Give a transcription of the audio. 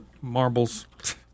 marbles